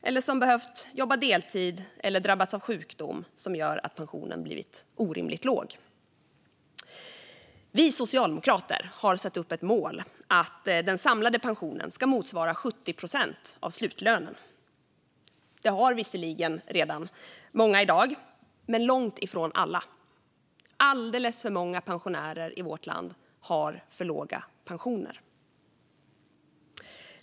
De kan ha behövt jobba deltid eller drabbats av sjukdom, vilket gör att pensionen har blivit orimligt låg. Vi socialdemokrater har satt upp ett mål att den samlade pensionen ska motsvara 70 procent av slutlönen. Det har visserligen många redan i dag men långt ifrån alla. Alldeles för många pensionärer i vårt land har en för låg pension.